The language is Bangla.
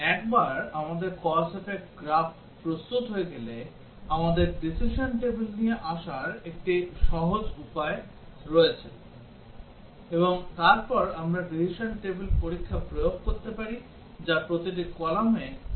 এবং একবার আমাদের cause effect গ্রাফ প্রস্তুত হয়ে গেলে আমাদের decision table নিয়ে আসার একটি সহজ উপায় আছে এবং তারপর আমরা decision table পরীক্ষা প্রয়োগ করতে পারি যা প্রতিটি কলাম একটি টেস্ট কেসে পরিণত হয়